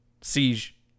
Siege